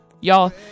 Y'all